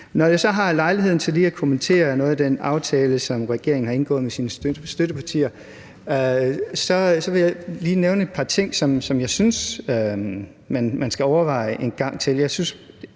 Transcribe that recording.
Når jeg så har lejligheden til at kommentere noget i den aftale, som regeringen har indgået med sine støttepartier, så vil jeg lige nævne et par ting, som jeg synes man skal overveje en gang til.